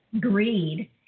greed